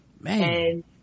man